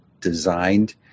designed